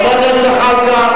חבר הכנסת זחאלקה,